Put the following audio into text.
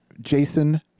Jason